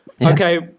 okay